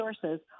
sources